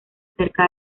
cerca